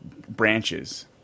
branches